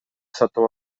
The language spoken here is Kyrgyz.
сатып